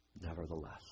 nevertheless